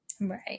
right